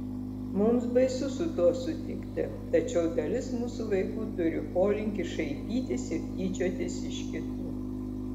mums baisu su tuo sutikti tačiau dalis mūsų vaikų turi polinkį šaipytis ir tyčiotis iš kitų